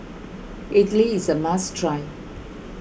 Idly is a must try